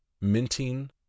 Minting